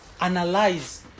analyze